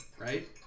right